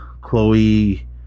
Chloe